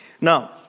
Now